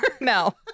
no